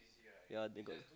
ya they got